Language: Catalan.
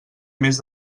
més